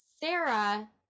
sarah